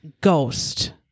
ghost